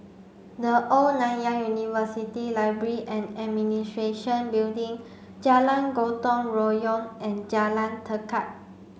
the Old Nanyang University Library and Administration Building Jalan Gotong Royong and Jalan Tekad